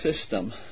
system